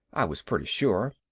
i was pretty sure,